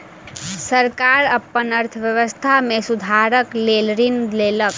सरकार अपन अर्थव्यवस्था में सुधारक लेल ऋण लेलक